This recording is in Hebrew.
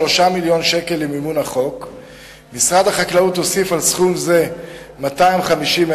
3. האם ננקטו צעדים נגד מדגרות שלא יישמו את